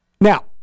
Now